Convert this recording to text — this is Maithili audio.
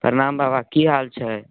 प्रणाम बाबा की हाल छै